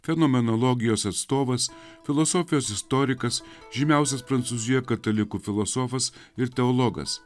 fenomenologijos atstovas filosofijos istorikas žymiausias prancūzijoje katalikų filosofas ir teologas